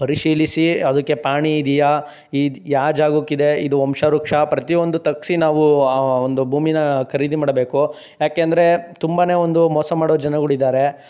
ಪರಿಶೀಲಿಸಿ ಅದಕ್ಕೆ ಪಾಣಿ ಇದೆಯೇ ಇದು ಯಾರ ಜಾಗಕ್ಕಿದೆ ಇದು ವಂಶವೃಕ್ಷ ಪ್ರತಿಯೊಂದು ತೆಗ್ಸಿ ನಾವು ಆ ಒಂದು ಭೂಮಿನ ಖರೀದಿ ಮಾಡಬೇಕು ಯಾಕೆಂದ್ರೆ ತುಂಬನೇ ಒಂದು ಮೋಸ ಮಾಡೋ ಜನಗಳು ಇದ್ದಾರೆ